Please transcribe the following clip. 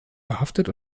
verhaftet